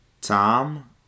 Tom